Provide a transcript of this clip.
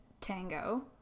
tango